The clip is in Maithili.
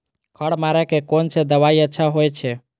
खर मारे के कोन से दवाई अच्छा होय छे?